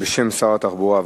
בשם שר התחבורה.